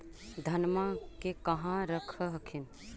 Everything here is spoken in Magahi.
धनमा के कहा रख हखिन?